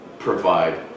Provide